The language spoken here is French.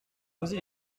causer